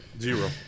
zero